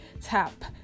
tap